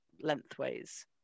lengthways